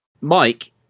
mike